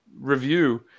review